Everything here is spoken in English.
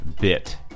bit